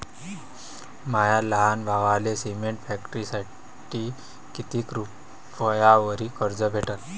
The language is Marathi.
माया लहान भावाले सिमेंट फॅक्टरीसाठी कितीक रुपयावरी कर्ज भेटनं?